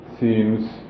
seems